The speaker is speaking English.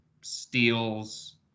steals